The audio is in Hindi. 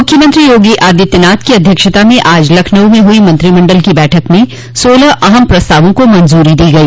मुख्यमंत्री योगी आदित्यनाथ की अध्यक्षता में आज लखनऊ में हुई मंत्रिमंडल की बैठक में सोलह अहम प्रस्तावों को मंजूरी दी गई